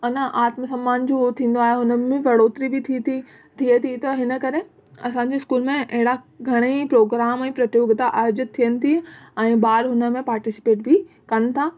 अना आत्म सम्मान जो हो थींदो आहे हुननि में बढ़ोतरी बि थिए थी थिए थी त हिन करे असांजे स्कूल में अहिड़ा घणेई प्रोग्राम ऐं प्रतियोगितायूं आयोजित थियनि थियूं ऐं ॿार हुनमें पार्टीसिपेट बि कनि था